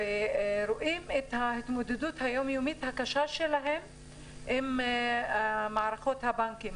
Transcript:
רואים את ההתמודדות היום-יומית הקשה שלהם עם מערכות הבנקים.